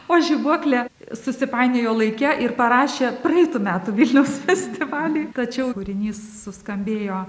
o žibuoklė susipainiojo laike ir parašė praeitų metų vilniaus festivaliui tačiau kūrinys suskambėjo